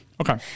Okay